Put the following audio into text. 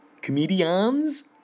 comedians